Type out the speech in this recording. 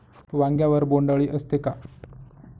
वांग्यावर बोंडअळी असते का?